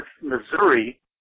Missouri